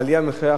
התקנון.